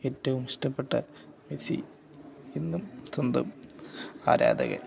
ഏറ്റവും ഇഷ്ടപ്പെട്ട മെസ്സി എന്നും സ്വന്തം ആരാധകൻ